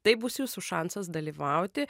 tai bus jūsų šansas dalyvauti